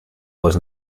was